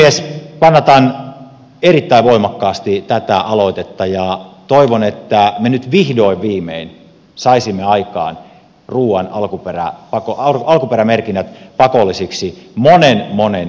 kannatan erittäin voimakkaasti tätä aloitetta ja toivon että me nyt vihdoin viimein saisimme aikaan ruuan alkuperämerkinnät pakollisiksi monen monen yrityksen jälkeen